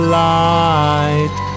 light